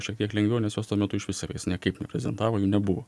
šiek tiek lengviau nes jos tuo metu iš vis savęs nekaip neprezentavo jų nebuvo